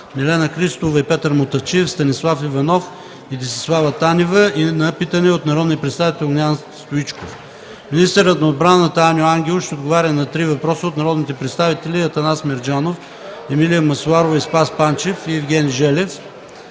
Милена Христова и Петър Мутафчиев, Станислав Иванов и Десислава Танева и на питане от народния представител Огнян Стоичков. Министърът на отбраната Аню Ангелов ще отговори на 3 въпроса от народните представители Атанас Мерджанов, Емилия Масларова, и Спас Панчев и Евгений Желев.